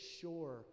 sure